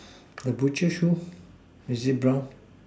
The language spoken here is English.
the butcher shoe is it brown